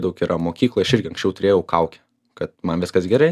daug yra mokykloj aš irgi anksčiau turėjau kaukę kad man viskas gerai